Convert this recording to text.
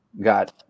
got